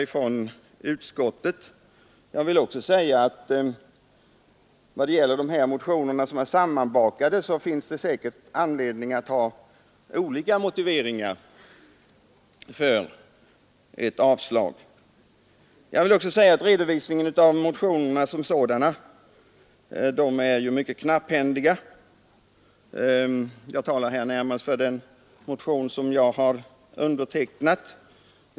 Jag vill också säga att det säkert finns anledning att ha olika motiveringar för avslag på en del motioner som här blivit sammanbakade. Vidare är redovisningen av motionerna mycket knapphändig. Jag talar naturligtvis här närmast för den motion som jag har undertecknat.